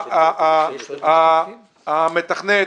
מתכנת,